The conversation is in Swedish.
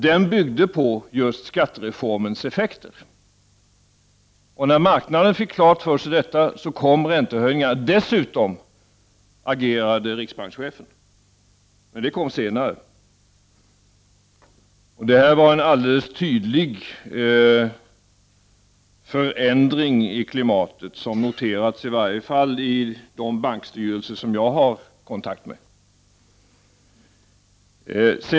Den byggde på just skattereformens effekter. När marknaden fick detta klart för sig kom räntehöjningarna. Dessutom agerade riksbankschefen. Men det kom senare. Detta var en alldeles tydlig förändring i klimatet, som har noterats i varje fall i de bankstyrelser som jag har kontakt med.